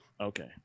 Okay